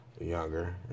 younger